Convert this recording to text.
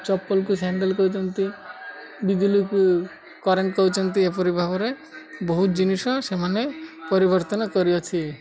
ଚପଲକୁ sandal କହିଛନ୍ତି ବିଜୁଳିକୁ current କହୁଛନ୍ତି ଏପରି ଭାବରେ ବହୁତ ଜିନିଷ ସେମାନେ ପରିବର୍ତ୍ତନ କରିଅଛି